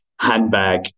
handbag